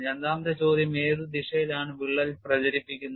രണ്ടാമത്തെ ചോദ്യം ഏത് ദിശയിലാണ് വിള്ളൽ പ്രചരിപ്പിക്കുന്നത്